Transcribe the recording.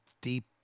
Deep